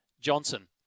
Johnson